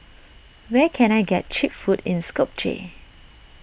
where can I get Cheap Food in Skopje